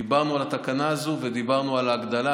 דיברנו על התקנה הזאת ודיברנו על ההגדלה.